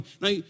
Now